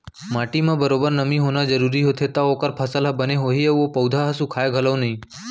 माटी म बरोबर नमी होना जरूरी होथे तव ओकर फसल ह बने होही अउ ओ पउधा ह सुखाय घलौ नई